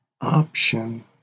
option